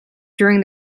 during